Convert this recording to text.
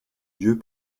dieux